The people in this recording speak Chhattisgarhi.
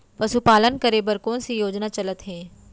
पशुपालन करे बर कोन से योजना चलत हे?